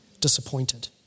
disappointed